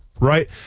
right